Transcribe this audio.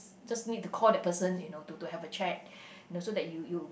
just need to call that person you know to to have a chat you know so that you you